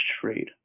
trade